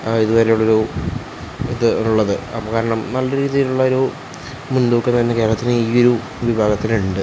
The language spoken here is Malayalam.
ആ ഇതുവരെ ഉള്ള ഒരു ഇത് ഉള്ളത് അത് കാരണം നല്ല രീതിയിലുള്ള ഒരു മുൻതൂക്കം തന്നെ കേരളത്തിൽ ഈ ഒരു വിഭാഗത്തിനുണ്ട്